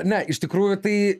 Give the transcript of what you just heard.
ne iš tikrųjų tai